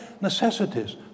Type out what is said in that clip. necessities